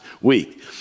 week